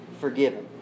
forgiven